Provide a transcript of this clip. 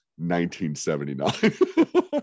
1979